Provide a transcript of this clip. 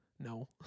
No